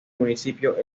municipio